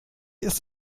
ist